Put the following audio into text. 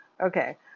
Okay